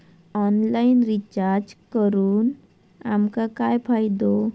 Online recharge करून आमका काय फायदो?